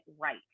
right